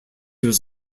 was